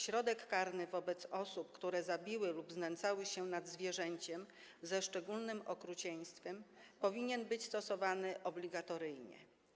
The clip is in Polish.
Środek karny wobec osób, które zabiły zwierzę lub znęcały się nad zwierzęciem ze szczególnym okrucieństwem, powinien być stosowany obligatoryjnie.